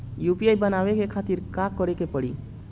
UPI बनावे के खातिर का करे के पड़ी?